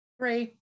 Three